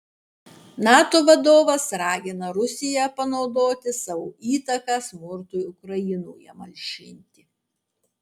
nato vadovas ragina rusiją panaudoti savo įtaką smurtui ukrainoje malšinti